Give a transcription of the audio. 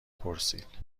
پرسید